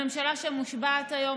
הממשלה שמושבעת היום,